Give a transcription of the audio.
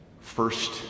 first